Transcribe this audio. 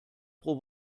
pro